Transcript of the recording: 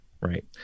Right